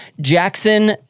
Jackson